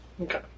Okay